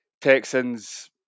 Texans